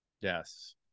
Yes